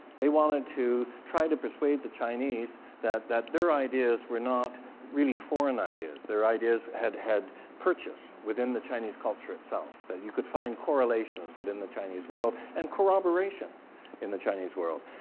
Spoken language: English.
they wanted to try to persuade the chinese that that their ideas were not really foreign ideas. their ideas had had purchase within the chinese culture itself. that you could find correlations within the chinese world and corroboration in the chinese world.